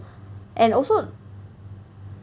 and also